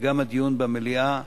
וגם בדיון במליאה,